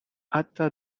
hâta